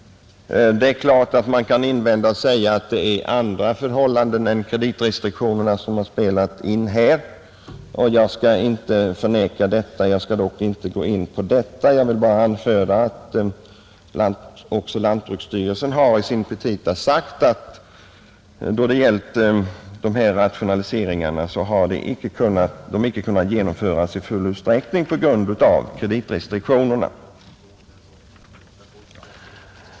Det är klart att man kan invända att det är andra förhållanden än kreditrestriktionerna som har spelat in, och jag skall inte förneka det. Jag skall dock inte gå in på detta — jag vill bara anföra att även lantbruksstyrelsen i sina petita har uttalat att dessa rationaliseringar icke kunnat genomföras i full utsträckning på grund av kreditrestriktionerna.